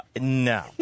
No